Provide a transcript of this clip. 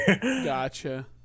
Gotcha